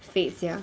fate sia